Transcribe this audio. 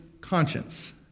conscience